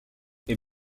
est